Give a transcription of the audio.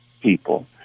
people